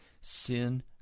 Sin